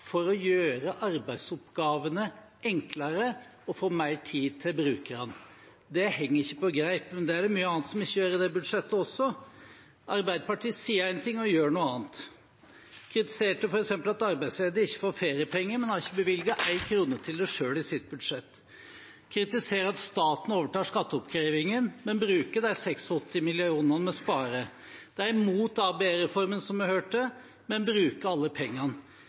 for å gjøre arbeidsoppgavene enklere og få mer tid til brukerne. Det henger ikke på greip. Men det er det også mye annet i dette budsjettet som ikke gjør. Arbeiderpartiet sier én ting og gjør noe annet. De kritiserte f.eks. at arbeidsledige ikke får feriepenger, men har ikke bevilget én krone til det selv i sitt budsjett. De kritiserer at staten overtar skatteoppkrevingen, men bruker de 86 millionene vi sparer. De er imot ABE-reformen, som vi hørte, men bruker alle pengene.